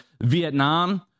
Vietnam